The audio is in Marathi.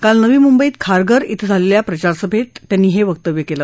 काल नवी मुंबईत खारघर इथं झालेल्या प्रचारसभेत त्यांनी हे वक्तव्य केलं